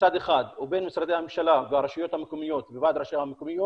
מצד אחד ובין משרדי הממשלה והרשויות המקומיות וועד ראשי הרשויות,